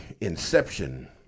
inception